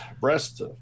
breasts